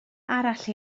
arall